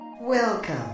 Welcome